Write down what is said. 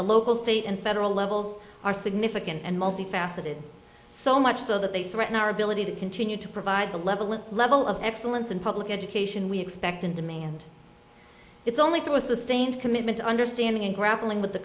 the local state and federal level are significant and multi faceted so much so that they threaten our ability to continue to provide the level and level of excellence in public education we expect and demand it's only through a sustained commitment to understanding and grappling with the